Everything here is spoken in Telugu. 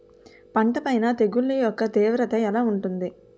పంట పైన తెగుళ్లు యెక్క తీవ్రత ఎలా ఉంటుంది